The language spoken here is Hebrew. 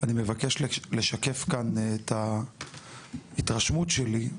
אני מבקש לשקף כאן את התרשמות שלי,